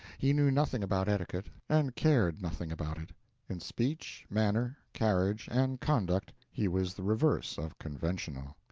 he knew nothing about etiquette, and cared nothing about it in speech, manner, carriage, and conduct he was the reverse of conventional.